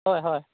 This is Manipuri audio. ꯍꯣꯏ ꯍꯣꯏ